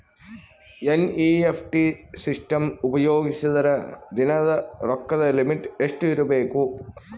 NEFT system ಉಪಯೋಗಿಸಿದರ ದಿನದ ರೊಕ್ಕದ ಲಿಮಿಟ್ ಎಷ್ಟ ಇರಬೇಕು?